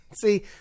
See